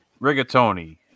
rigatoni